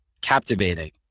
captivating